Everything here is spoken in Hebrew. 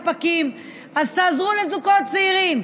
הטבה לזוגות הצעירים.